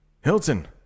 Hilton